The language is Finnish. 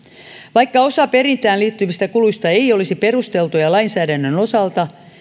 vaikka osa perintään liittyvistä kuluista ei olisi perusteltuja lainsäädännön osalta